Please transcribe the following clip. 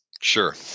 Sure